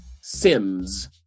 Sims